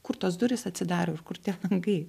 kur tos durys atsidaro ir kur tie langai